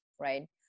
right